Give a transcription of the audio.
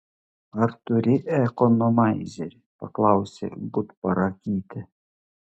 ar turi ekonomaizerį paklausė gutparakytė